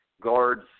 guards